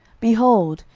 behold,